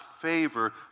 favor